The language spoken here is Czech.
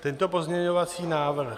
Tento pozměňovací návrh...